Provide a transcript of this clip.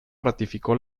ratificó